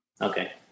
Okay